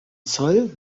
zoll